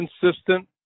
consistent